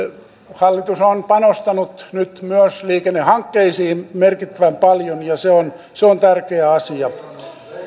hallitus on panostanut nyt myös liikennehankkeisiin merkittävän paljon ja se on se on tärkeä asia